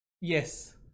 yes